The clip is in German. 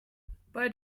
bei